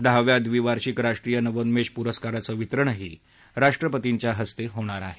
दहाव्या द्वीवार्षीक राष्ट्रीय नवोन्मेष पुरस्कारांचं वितरणही राष्ट्रपतींच्या हस्ते होणार आहे